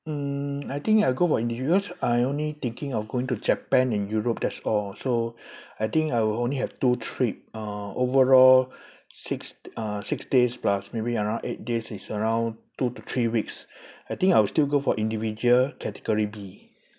mmm I think I go for individual because I only thinking of going to japan and europe that's all so I think I will only have two trip uh overall six uh six days plus maybe around eight days is around two to three weeks I think I'll still go for individual category B